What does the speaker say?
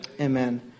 amen